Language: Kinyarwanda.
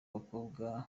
abakobwa